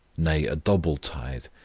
nay a double tithe,